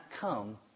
come